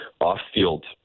off-field